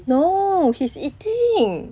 no he's eating